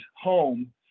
home